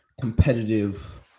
competitive